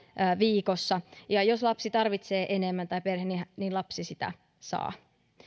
viikossa ja jos lapsi tai perhe tarvitsee enemmän niin lapsi sitä saa